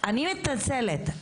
אני מתנצלת,